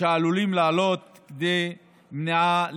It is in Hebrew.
שעלולים לעלות כדי מניעה לקידומה.